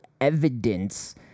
evidence